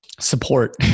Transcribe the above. support